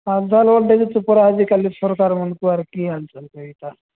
ହାଲ୍ ଚାଲ୍ ବେଲେ ଦେଖୁଛୁ ପରା ଆଜି କାଲି ସରକାରମାନଙ୍କୁ ଆର୍ କି ହାଲ୍ ଚାଲ୍ କହିବି କହ